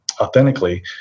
authentically